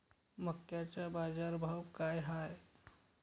मक्याचा बाजारभाव काय हाय?